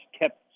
kept